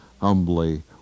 humbly